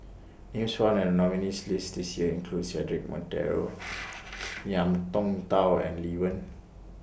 Names found in The nominees' list This Year include Cedric Monteiro Ngiam Tong Dow and Lee Wen